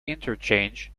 interchange